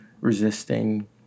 resisting